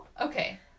okay